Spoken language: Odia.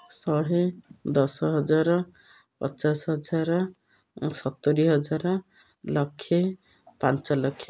ଶହେ ଦଶ ହଜାର ପଚାଶ ହଜାର ସତୁୁରୀ ହଜାର ଲକ୍ଷେ ପାଞ୍ଚ ଲକ୍ଷ